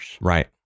Right